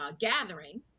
gathering